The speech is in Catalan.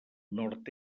nord